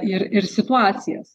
ir ir situacijas